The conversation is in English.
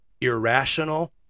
irrational